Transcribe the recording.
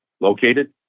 located